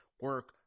Work